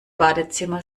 badezimmer